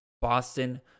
Boston